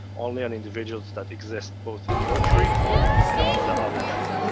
only on individuals that exist both in your tree and on the other tree.